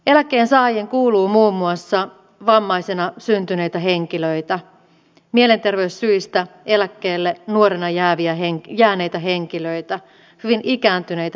eläkkeensaajiin kuuluu muun muassa vammaisena syntyneitä henkilöitä mielenterveyssyistä eläkkeelle nuorena jääneitä henkilöitä hyvin ikääntyneitä henkilöitä